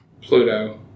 Pluto